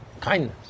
kindness